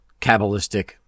Kabbalistic